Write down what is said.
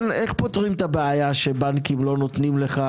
איך פותרים את הבעיה שבנקים לא נותנים לך